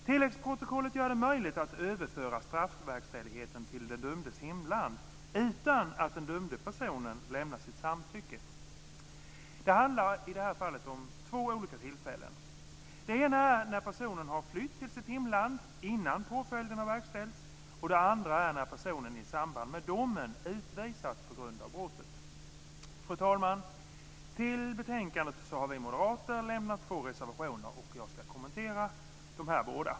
Tilläggsprotokollet gör det möjligt att överföra straffverkställigheten till den dömdes hemland utan att den dömda personen lämnar sitt samtycke. Det handlar om två olika tillfällen. Det ena är när personen har flytt till sitt hemland innan påföljden har verkställts, och det andra är när personen i samband med domen utvisas på grund av brottet. Fru talman! Till betänkandet har vi moderater lämnat två reservationer, och jag ska kommentera dem.